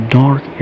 dark